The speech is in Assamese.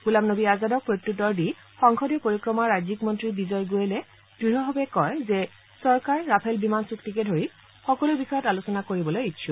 গোলাম নবী আজাদৰ প্ৰত্যুত্তৰ দি সংসদীয় পৰিক্ৰমা ৰাজ্যিক মন্ত্ৰী বিজয় গোৱেলে দঢ়ভাৱে কয় যে চৰকাৰে ৰাফেল বিমান চুক্তিকে ধৰি সকলো বিষয়ত আলোচনা কৰিবলৈ ইচ্ছুক